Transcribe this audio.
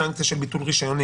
התוספת שאדוני היושב ראש הפנה